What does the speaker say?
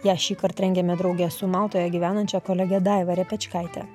ją šįkart rengėme drauge su maltoje gyvenančia kolege daiva repečkaite